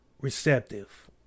receptive